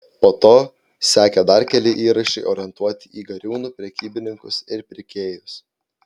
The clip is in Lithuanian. po to sekė dar keli įrašai orientuoti į gariūnų prekybininkus ir pirkėjus